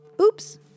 Oops